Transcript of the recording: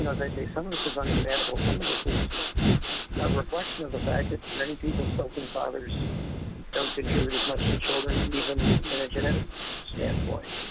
and some of this is understandable. some of this is a reflection of the fact that many people still think fathers don't contribute as much to children even in a genetic standpoint